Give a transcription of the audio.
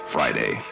Friday